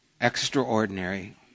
extraordinary